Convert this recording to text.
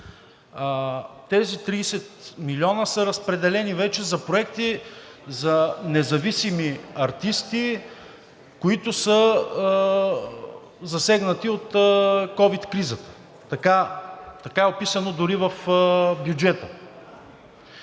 тези 30 милиона са разпределени вече за проекти за независими артисти, които са засегнати от ковид кризата. Така е описано дори в бюджета.